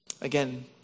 Again